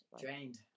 drained